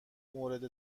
مورد